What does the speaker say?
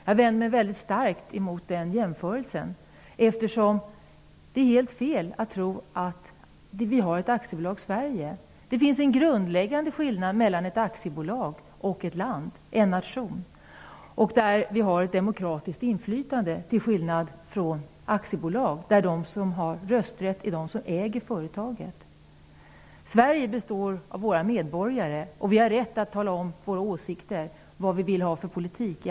Jag vänder mig mycket starkt mot jämförelsen mellan Sverige och ett aktiebolag. Det är helt fel att tro att vi har ett ''aktiebolag Sverige''. Det finns en grundläggande skillnad mellan ett aktiebolag och ett land, en nation. I ett land har vi ett demokratiskt inflytande till skillnad från i ett aktiebolag, där de som har rösträtt är de som äger företaget. Sverige består av landets medborgare, och vi har rätt att i allmänna val föra fram våra åsikter, vad vi vill ha för politik.